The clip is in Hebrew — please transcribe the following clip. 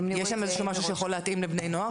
יש איזה משהו שיכול להתאים לבני נוער,